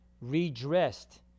redressed